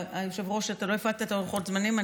היושב-ראש, אתה לא הפעלת את לוחות הזמנים.